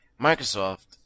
Microsoft